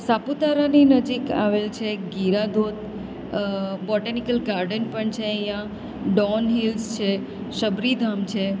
સાપુતારાની નજીક આવેલ છે ગીરા ધોધ બોટેનીકલ ગાર્ડન પણ છે અહીંયા ડોન હિલ્સ છે શબરી ધામ છે